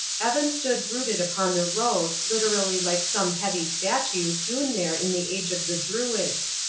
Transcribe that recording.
evan stood rooted upon the road, literally like some heavy statue hewn there in the age of the druids.